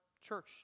church